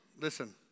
Listen